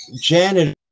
janitor